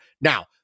Now